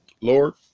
Lord